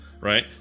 right